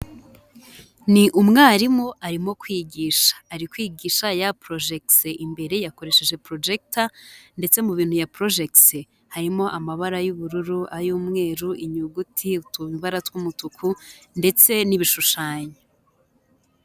Ni umwarimu arimo kwigisha, ari kwigisha yaporojegise imbere, yakoresheje projecter ndetse mu bintu yaporojegise, harimo amabara y'ubururu ay'umweru, inyuguti, utubara tw'umutuku ndetse n'ibishushanyo.